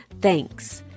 Thanks